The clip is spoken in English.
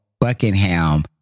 Buckingham